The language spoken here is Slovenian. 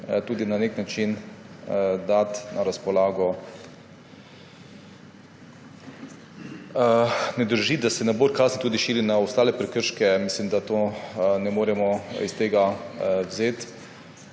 delo, na nek način dati na razpolago. Ne drži, da se nabor kazni širi tudi na ostale prekrške. Mislim, da tega ne moremo iz tega vzeti.